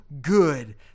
good